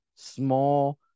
Small